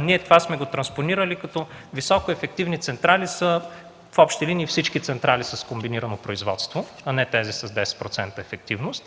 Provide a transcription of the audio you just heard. ние това сме го транспонирали, като високоефективни централи са, в общи линии, всички централи с комбинирано производство, а не тези с 10% ефективност.